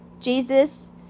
Jesus